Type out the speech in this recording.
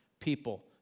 People